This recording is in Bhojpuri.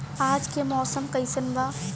आज के मौसम कइसन बा?